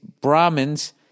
Brahmins